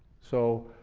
so